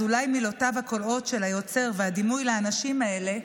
אז אולי מילותיו הקולעות של היוצר והדימוי לאנשים האלה,